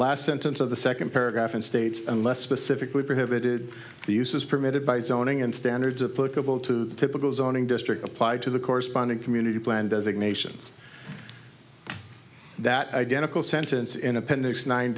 last sentence of the second paragraph and states unless specifically prohibited the use is permitted by zoning and standards of political to the typical zoning district applied to the corresponding community plan designations that identical sentence in appendix nine